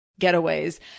getaways